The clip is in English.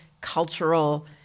cultural